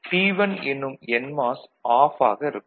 T1 எனும் NMOS off ஆக இருக்கும்